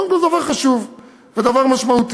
וזה קודם כול דבר חשוב ודבר משמעותי.